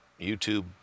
YouTube